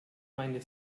meine